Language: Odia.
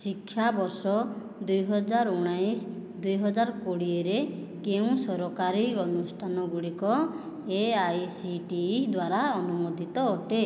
ଶିକ୍ଷାବର୍ଷ ଦୁଇହଜାର ଉଣେଇଶ ଦୁଇହଜାର କୋଡ଼ିଏରେ କେଉଁ ସରକାରୀ ଅନୁଷ୍ଠାନଗୁଡ଼ିକ A I C T E ଦ୍ଵାରା ଅନୁମୋଦିତ ଅଟେ